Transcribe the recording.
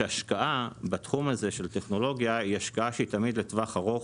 שהשקעה בתחום הזה של טכנולוגיה היא השקעה שהיא תמיד לטווח ארוך.